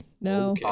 No